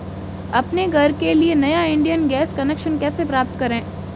अपने घर के लिए नया इंडियन गैस कनेक्शन कैसे प्राप्त करें?